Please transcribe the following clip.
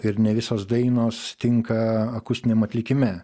ir ne visos dainos tinka akustiniam atlikime